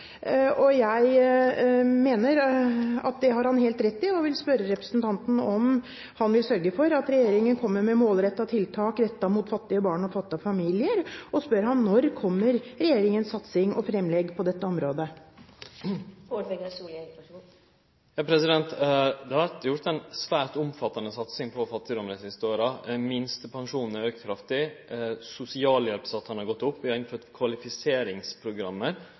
fattigdom. Jeg mener at det har han helt rett i, og vil spørre representanten om han vil sørge for at regjeringen kommer med tiltak rettet mot fattige barn og fattige familier, og spør ham: Når kommer regjeringens satsing og fremlegg på dette området? Det har vore gjort ei svært omfattande satsing mot fattigdom dei siste åra. Minstepensjonen er auka kraftig, sosialhjelpssatsane har gått opp, vi har innført